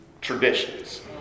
traditions